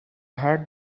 had